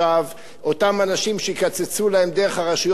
אותם אנשים שיקצצו להם דרך הרשויות המקומיות,